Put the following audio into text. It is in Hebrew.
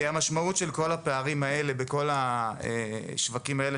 המשמעות של כל הפערים האלה בכל השווקים האלה